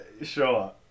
sure